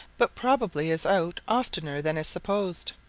but probably is out oftener than is supposed.